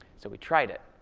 so we tried it.